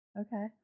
Okay